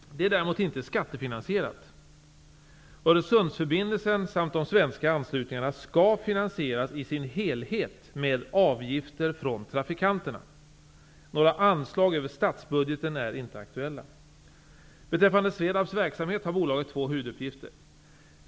Det är däremot inte skattefinansierat. Öresundsförbindelsen samt de svenska anslutningarna skall finansieras i sin helhet med avgifter från trafikanterna. Några anslag över statsbudgeten är inte aktuella. Beträffande Svedabs verksamhet har bolaget två huvuduppgifter.